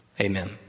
amen